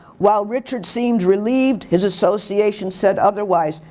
while richard seemed relieved, his association said otherwise,